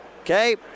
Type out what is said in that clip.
okay